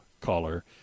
caller